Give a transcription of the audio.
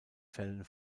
fällen